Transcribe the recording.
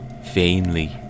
Vainly